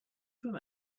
from